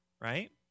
right